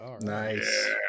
Nice